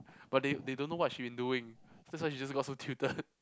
but they they don't know what she been doing so that's why she just got so tuted